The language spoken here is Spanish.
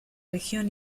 región